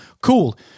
cool